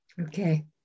Okay